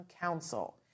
Council